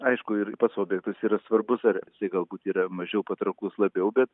aišku ir pats objektas yra svarbus ar jisai galbūt yra mažiau patrauklus labiau bet